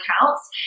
counts